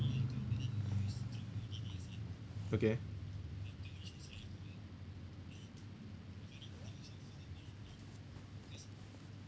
okay